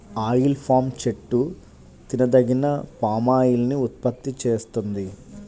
oil palm చెట్టు తినదగిన palm oil ని ఉత్పత్తి చేస్తుంది